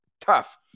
Tough